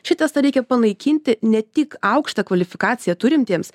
šį testą reikia panaikinti ne tik aukštą kvalifikaciją turintiems